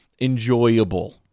enjoyable